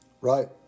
Right